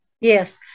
Yes